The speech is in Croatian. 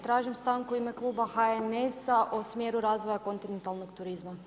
Tražim stanku u ime Kluba HNS-a o smjeru razvoja kontinentalnog turizma.